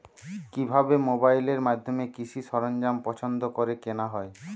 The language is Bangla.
কিভাবে মোবাইলের মাধ্যমে কৃষি সরঞ্জাম পছন্দ করে কেনা হয়?